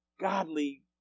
godly